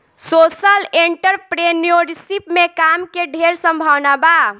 social entrepreneurship में काम के ढेर संभावना बा